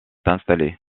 installés